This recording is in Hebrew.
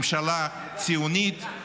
ממשלה ציונית,